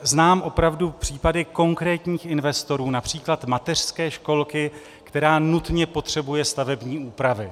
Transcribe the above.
Znám opravdu případy konkrétních investorů, například mateřské školky, která nutně potřebuje stavební úpravy.